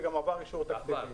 זה גם עבר אישור תקציבי.